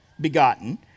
begotten